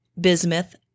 bismuth